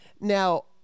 Now